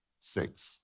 six